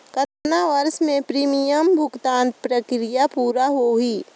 कतना वर्ष मे प्रीमियम भुगतान प्रक्रिया पूरा होही?